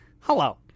Hello